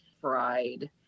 fried